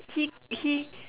he he